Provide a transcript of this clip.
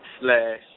Slash